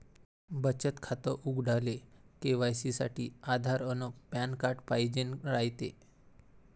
बचत खातं उघडाले के.वाय.सी साठी आधार अन पॅन कार्ड पाइजेन रायते